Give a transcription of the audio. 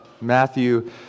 Matthew